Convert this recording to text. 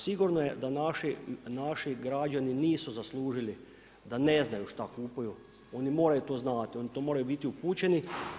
Sigurno je da naši građani nisu zaslužili da ne znaju šta kupuju, oni moraju to znati, oni to moraju biti upućeni.